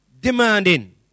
demanding